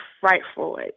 frightful